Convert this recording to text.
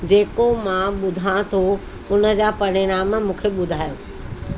जेको मां ॿुधां थो उन जा परिणाम मूंखे ॿुधायो